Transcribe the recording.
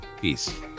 peace